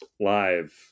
live